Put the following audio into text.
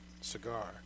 cigar